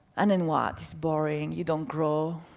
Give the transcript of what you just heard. and then what? it's boring, you don't grow.